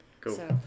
cool